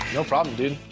no problem, dude.